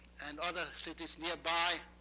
and other cities nearby.